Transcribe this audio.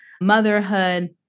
motherhood